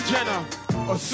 Jenna